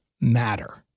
matter